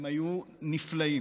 הם היו נפלאים.